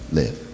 live